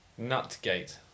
Nutgate